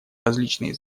различные